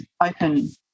open